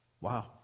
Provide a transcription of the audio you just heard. Wow